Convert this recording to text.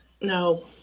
No